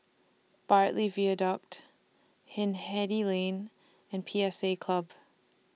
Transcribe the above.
Bartley Viaduct Hindhede Lane and P S A Club